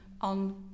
on